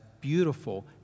beautiful